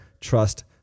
trust